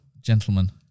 gentlemen